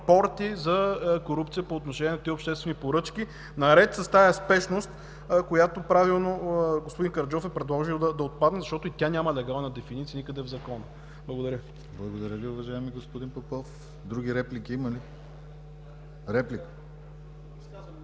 порти за корупция по отношение на обществените поръчки, наред с тази спешност, която правилно господин Караджов е предложил да отпадне, защото и тя няма легална дефиниция никъде в Закона. Благодаря. ПРЕДСЕДАТЕЛ ДИМИТЪР ГЛАВЧЕВ: Благодаря Ви, уважаеми господин Попов. Други реплики има ли?